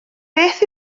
beth